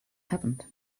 happened